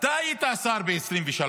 אתה היית השר ב-2023,